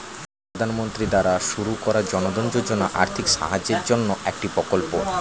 প্রধানমন্ত্রী দ্বারা শুরু করা জনধন যোজনা আর্থিক সাহায্যের জন্যে একটি প্রকল্প